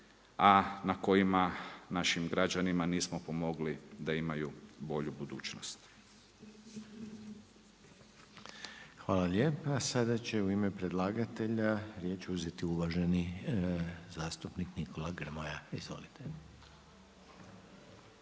a na kojima našim građanima nismo pomogli da imaju bolju budućnost. **Reiner, Željko (HDZ)** Hvala lijepa. Sada će u ime predlagatelja riječ uzeti uvaženi zastupnik Nikola Grmoja. Izvolite.